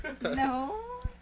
No